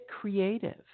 creative